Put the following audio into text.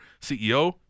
CEO